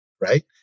right